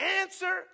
answer